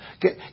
get